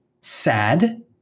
sad